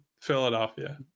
Philadelphia